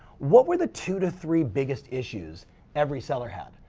what were the two to three biggest issues every seller had?